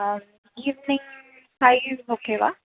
ஆ evening five ஓகேவா